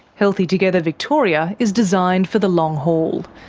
healthy together victoria is designed for the long haul.